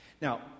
Now